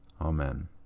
Amen